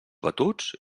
batuts